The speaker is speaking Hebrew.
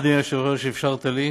תודה, אדוני היושב-ראש, שאפשרת לי.